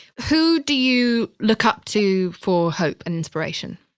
who do you look up to for hope and inspiration?